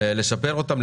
לשפר אותן,